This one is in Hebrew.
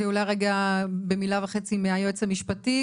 אולי רגע במילה וחצי מהיועץ המשפטי,